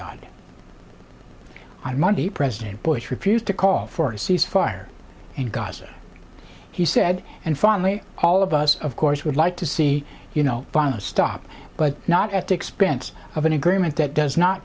dod on monday president bush refused to call for a cease fire in gaza he said and finally all of us of course would like to see you know violence stop but not at the expense of an agreement that does not